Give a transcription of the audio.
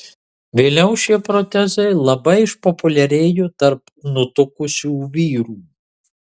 vėliau šie protezai labai išpopuliarėjo tarp nutukusių vyrų